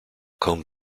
come